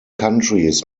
countries